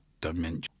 dimension